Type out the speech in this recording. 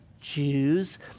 Jews